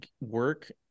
work